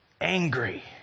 angry